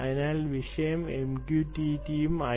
അതിനാൽ വിഷയം MQTT ഉം I